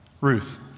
Ruth